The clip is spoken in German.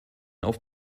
auf